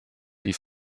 die